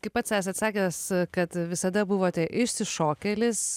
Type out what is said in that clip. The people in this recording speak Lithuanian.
kaip pats esat sakęs kad visada buvote išsišokėlis